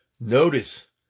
Notice